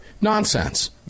nonsense